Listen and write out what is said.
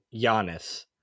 Giannis